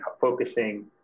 focusing